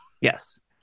Yes